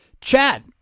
Chad